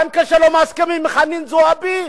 גם כשלא מסכימים עם חנין זועבי,